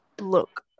Look